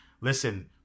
Listen